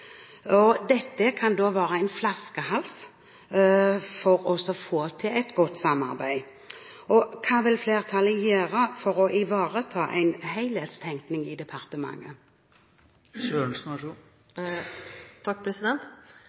departementene. Dette kan være en flaskehals for å få til et godt samarbeid. Hva vil flertallet gjøre for å ivareta en helhetstenkning i departementet?